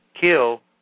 kill